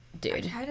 Dude